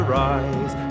rise